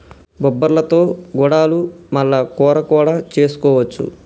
బొబ్బర్లతో గుడాలు మల్ల కూర కూడా చేసుకోవచ్చు